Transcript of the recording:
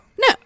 No